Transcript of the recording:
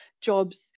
jobs